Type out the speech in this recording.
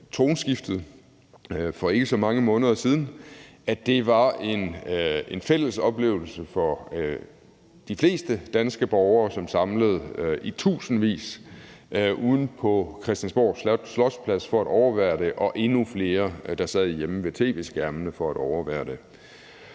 tronskiftet for ikke så mange måneder siden. Det var en fælles oplevelse for de fleste danske borgere, som samlede sig i tusindvis af ude på Christiansborg Slotsplads for at overvære det, og endnu flere, der sad hjemme ved tv-skærmene for at overvære det.